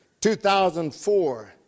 2004